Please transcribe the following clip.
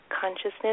consciousness